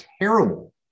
terrible